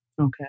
Okay